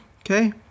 Okay